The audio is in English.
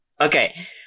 Okay